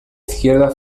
izquierda